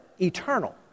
eternal